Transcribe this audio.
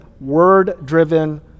word-driven